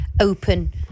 open